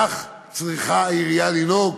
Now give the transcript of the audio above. כך צריכה עירייה לנהוג.